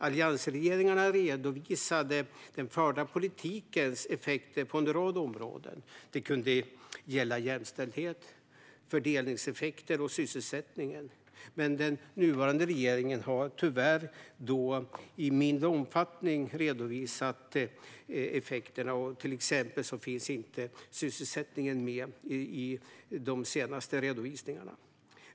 Alliansregeringarna redovisade den förda politikens effekter på en rad områden - det kunde gälla jämställdhet, fördelningseffekter och sysselsättningen. Den nuvarande regeringen har tyvärr i mindre omfattning redovisat effekterna; till exempel finns inte sysselsättningen med i de senaste redovisningarna.